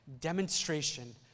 demonstration